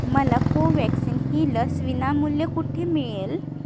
मला कोवॅक्सिन ही लस विनामूल्य कुठे मिळेल